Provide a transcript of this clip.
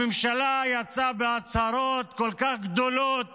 הממשלה יצאה בהצהרות כל כך גדולות